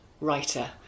writer